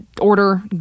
order